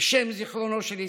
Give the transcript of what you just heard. בשם זיכרונו של יצחק,